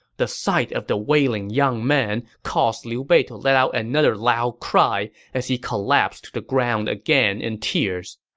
the sight of the wailing young man caused liu bei to let out another loud cry as he collapsed to the ground again in tears.